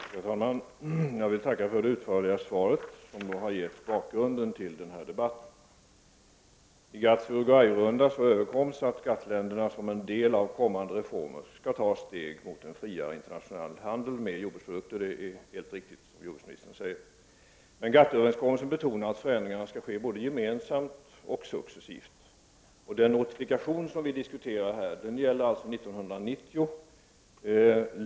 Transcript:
Herr talman! Jag vill tacka för det utförliga svaret, som har givit bakgrunden till denna debatt. I GATT:s Uruguay-runda kom man överens om att GATT-länderna, som en del av kommande reformer, skall ta steg mot en friare internationell handel med jordbruksprodukter. Det jordbruksministern säger är helt riktigt. Men i GATT-överenskommelsen betonas att förändringarna skall ske både gemensamt och successivt. Den notifikation vi här diskuterar gäller alltså 1990.